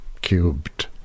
Cubed